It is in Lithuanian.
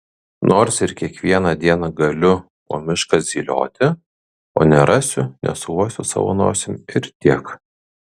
nors ir kiekvieną dieną galiu po mišką zylioti o nerasiu nesuuosiu savo nosim ir tiek